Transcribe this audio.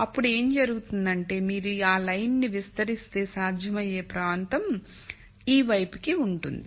అప్పుడు ఏం జరుగుతుందంటే మీరు ఆ లైన్ నీ విస్తరిస్తే సాధ్యమయ్యే ప్రాంతం ఈ వైపుకి ఉంటుంది